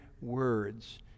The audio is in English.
words